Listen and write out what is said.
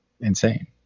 insane